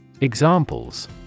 Examples